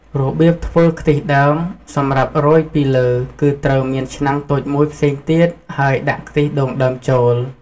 របៀបធ្វើខ្ទិះដើម សម្រាប់រោយពីលើ គឺត្រូវមានឆ្នាំងតូចមួយផ្សេងទៀត ហើយដាក់ខ្ទិះដូងដើម ចូល។